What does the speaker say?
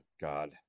god